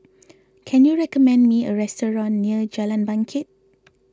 can you recommend me a restaurant near Jalan Bangket